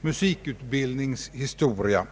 musikutbildnings historia.